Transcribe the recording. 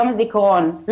יום הזיכרון,